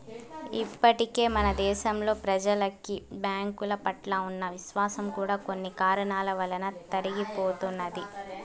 ఇప్పటికే మన దేశంలో ప్రెజలకి బ్యాంకుల పట్ల ఉన్న విశ్వాసం కూడా కొన్ని కారణాల వలన తరిగిపోతున్నది